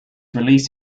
release